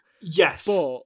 Yes